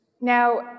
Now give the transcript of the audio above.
Now